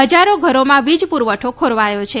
હજારો ઘરોમાં વીજ પુરવઠો ખોરવાયો છે